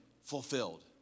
fulfilled